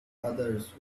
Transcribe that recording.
others